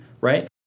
right